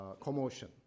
commotion